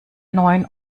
neun